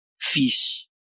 fish